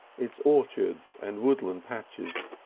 its orchards and woodland patches,